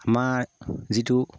আমাৰ যিটো